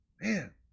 Man